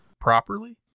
properly